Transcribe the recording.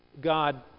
God